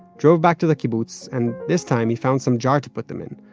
drove back to the kibbutz, and this time he found some jar to put them in,